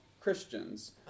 Christians